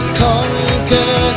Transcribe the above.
conquer